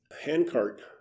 Handcart